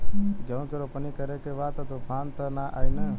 गेहूं के रोपनी करे के बा तूफान त ना आई न?